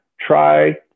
try